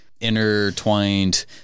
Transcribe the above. Intertwined